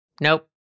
Nope